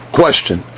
question